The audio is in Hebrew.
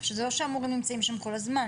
עכשיו זה לא שהמורים נמצאים שם כל הזמן,